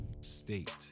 state